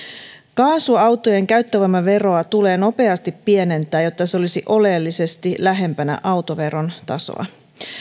kaasuautojen käyttövoimaveroa tulee nopeasti pienentää jotta se olisi oleellisesti lähempänä autoveron tasoa